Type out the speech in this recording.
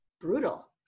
brutal